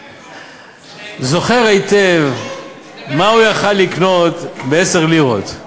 זוכר היטב מה הוא היה יכול לקנות בעשר לירות.